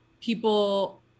people